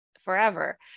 forever